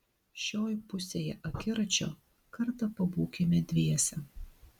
šioj pusėje akiračio kartą pabūkime dviese